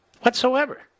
whatsoever